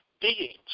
beings